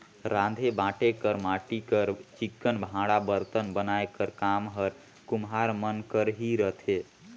राँधे बांटे कर माटी कर चिक्कन भांड़ा बरतन बनाए कर काम हर कुम्हार मन कर ही रहथे